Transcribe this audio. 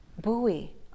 buoy